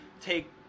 take